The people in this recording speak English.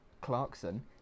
Clarkson